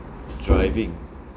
driving